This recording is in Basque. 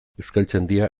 euskaltzaindia